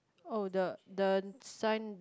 oh the the sign